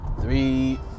three